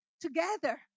together